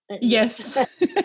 yes